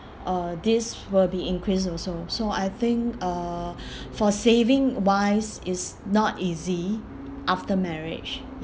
uh this will be increased also so I think uh for saving wise it's not easy after marriage